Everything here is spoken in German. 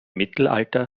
mittelalter